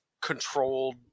controlled